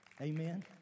Amen